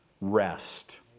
Rest